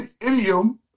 idiom